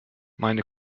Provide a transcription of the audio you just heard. meine